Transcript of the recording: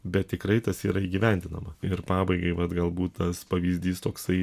bet tikrai tas yra įgyvendinama ir pabaigai vat galbūt tas pavyzdys toksai